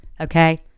okay